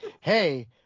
Hey